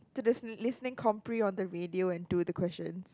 to the listening compre on the radio and do the question